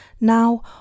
Now